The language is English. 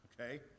okay